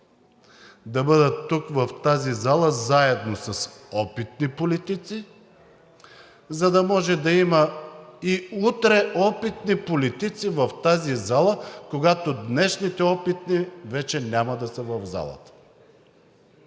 да бъдат тук в тази зала заедно с опитни политици, за да може да има и утре опитни политици в тази зала, когато днешните опитни вече няма да са в залата.